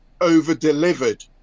over-delivered